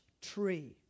tree